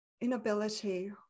inability